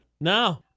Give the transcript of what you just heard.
No